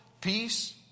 Peace